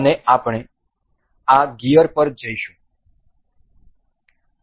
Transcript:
આપણે આ ગિયર પર જઈશું ok